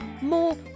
more